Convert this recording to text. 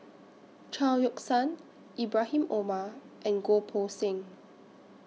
Chao Yoke San Ibrahim Omar and Goh Poh Seng